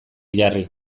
jarri